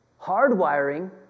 hardwiring